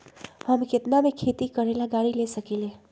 हम केतना में खेती करेला गाड़ी ले सकींले?